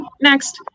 next